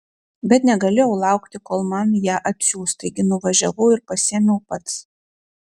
bet negalėjau laukti kol man ją atsiųs taigi nuvažiavau ir pasiėmiau pats